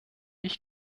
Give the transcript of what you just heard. ich